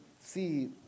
see